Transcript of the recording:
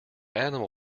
animal